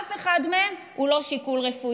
אף אחד מהם הוא לא שיקול רפואי.